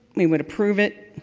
we would approve it.